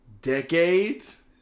Decades